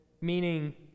meaning